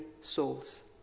souls